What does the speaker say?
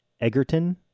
Egerton